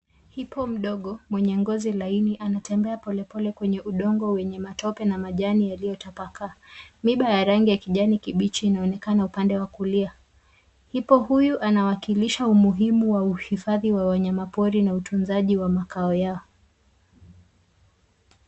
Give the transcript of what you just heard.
[cs ] Hipo[cs ] mdogo mwenye ngozi laini anatembea pole pole kwenye udongo wenye matope na majani yaliyo tapakaa. Miiba ya rangi ya kijani kibichi I anaonekana upande wa kulia. [cs ] Hipo[cs ] huyu anawakilisha umuhimu wa uhifadhi wa wanyama pori na utunzaji wa makao yao.